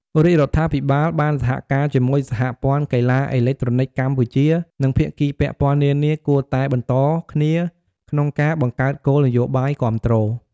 រាជរដ្ឋាភិបាល បានសហការជាមួយសហព័ន្ធកីឡាអេឡិចត្រូនិកកម្ពុជា និងភាគីពាក់ព័ន្ធនានាគួរតែបន្តគ្នាក្នុងការបង្កើតគោលនយោបាយគាំទ្រ។